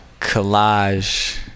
collage